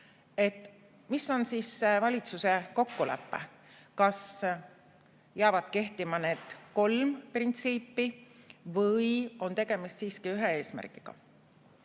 Mis on siis valitsuse kokkulepe, kas jäävad kehtima need kolm printsiipi või on tegemist siiski ühe eesmärgiga?